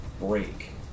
break